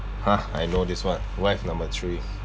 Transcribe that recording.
ha I know this one wife number three